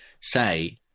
say